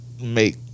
Make